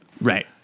Right